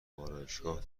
آرایشگاه